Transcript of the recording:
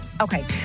Okay